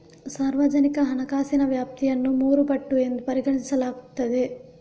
ಸಾರ್ವಜನಿಕ ಹಣಕಾಸಿನ ವ್ಯಾಪ್ತಿಯನ್ನು ಮೂರು ಪಟ್ಟು ಎಂದು ಪರಿಗಣಿಸಲಾಗುತ್ತದೆ